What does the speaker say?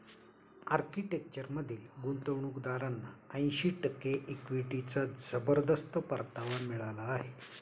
आर्किटेक्चरमधील गुंतवणूकदारांना ऐंशी टक्के इक्विटीचा जबरदस्त परतावा मिळाला आहे